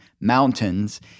mountains